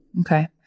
Okay